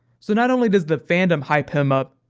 so not only does the fandom hype him up,